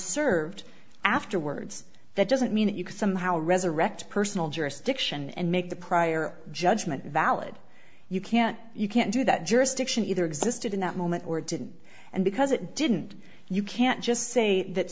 served afterwards that doesn't mean that you can somehow resurrect personal jurisdiction and make the prior judgment valid you can't you can't do that jurisdiction existed in that moment or didn't and because it didn't you can't just say that